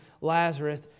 Lazarus